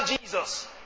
Jesus